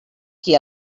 qui